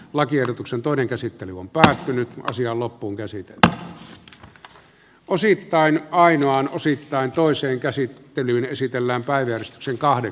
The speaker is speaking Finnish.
lakiehdotuksen toinen käsittely on päättynyt ja asia loppuunkäsite tahot osittain ainoan osittain toiseen käsittelyyn esitellään päivystyksen mahdollistetaan